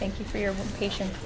thank you for your patience